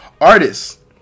artists